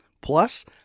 Plus